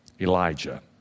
Elijah